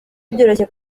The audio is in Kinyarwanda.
byoroshye